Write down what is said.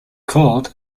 called